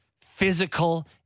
physical